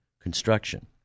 construction